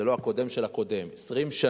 זה לא הקודם של הקודם: 20 שנה